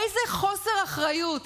איזה חוסר אחריות.